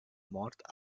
mort